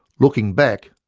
looking back,